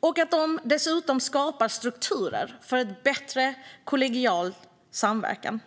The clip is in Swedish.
och att de dessutom skapar strukturer för bättre kollegial samverkan.